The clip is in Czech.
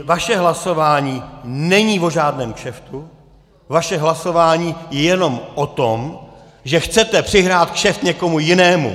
Vaše hlasování není o žádném kšeftu, vaše hlasování je jenom o tom, že chcete přihrát kšeft někomu jinému.